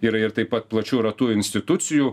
ir ir taip pat plačiu ratu institucijų